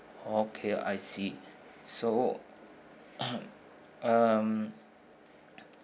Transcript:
okay I see so um